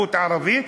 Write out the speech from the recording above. "תרבות ערבית",